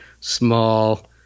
small